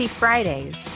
fridays